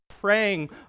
praying